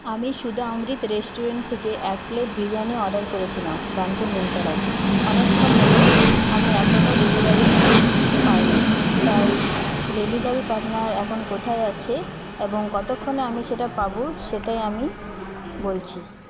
আমি শুধু অমৃত রেস্টুরেন্ট থেকে এক প্লেট বিরিয়ানি অর্ডার করেছিলাম বার্নপুর নিমতলায় অনেকক্ষণ হল আমি এখনও ডেলিভারি পাইনি তাই ডেলিভারি পার্টনার এখন কোথায় আছে এবং কতক্ষণে আমি সেটা পাব সেটাই আমি বলছি